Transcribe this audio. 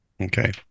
Okay